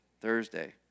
Thursday